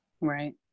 Right